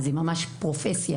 זו ממש פרופסיה.